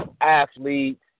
athletes